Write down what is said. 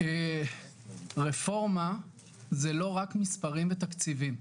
רפורמה זה לא רק מספרים ותקציבים,